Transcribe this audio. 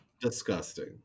disgusting